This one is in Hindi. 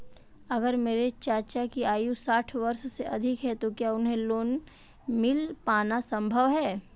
अगर मेरे चाचा की आयु साठ वर्ष से अधिक है तो क्या उन्हें लोन मिल पाना संभव है?